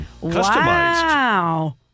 Wow